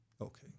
okay